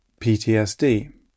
PTSD